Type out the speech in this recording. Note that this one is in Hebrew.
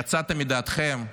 יצאתם מדעתכם?